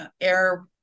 air